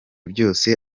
byose